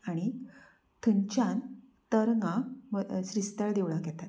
आनीक थंचान तरंगां व श्रीस्थळ देवळाक येतात